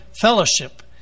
fellowship